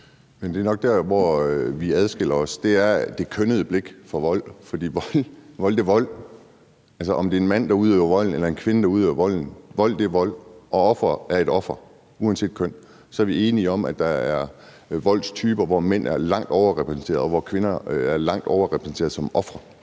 nok dér, vi adskiller os, nemlig ved det kønnede blik for vold – fordi vold er vold. Altså, om det er en mand, der udøver volden, eller om det er en kvinde, der udøver volden, så er vold vold, og et offer er et offer uanset køn. Vi er enige om, at der er voldstyper, hvor mænd er langt overrepræsenteret, og hvor kvinder er langt overrepræsenteret som ofre,